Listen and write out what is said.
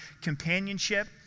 companionship